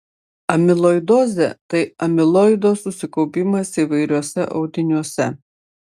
amiloidozė tai amiloido susikaupimas įvairiuose audiniuose